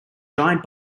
giant